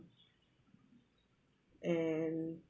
and